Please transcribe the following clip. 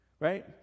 Right